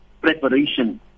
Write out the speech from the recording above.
preparation